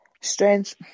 Strength